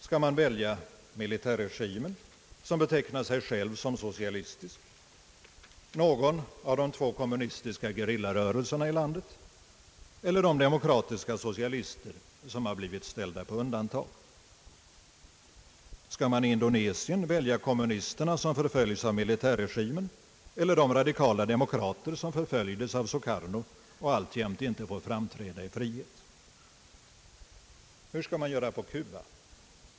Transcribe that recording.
Skall man välja militärregimen som betecknar sig själv som socialistisk, någon av de två kommunistiska gerillarörelserna i landet eller de demokratiska socialister som har blivit ställda på undantag? Skall man i Indonesien välja kommunisterna, som förföljs av militärregimen, eller de radikala demokrater som förföljdes av Sukarno och alltjämt inte får framträda i frihet? Och hur skall man göra på Kuba?